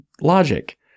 Logic